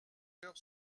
heures